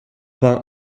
peint